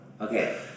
Okay